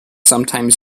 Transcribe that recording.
sometimes